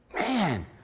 Man